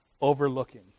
overlooking